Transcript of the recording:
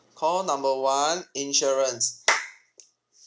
call number one insurance